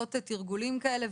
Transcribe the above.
לעשות תרגולים כאלה.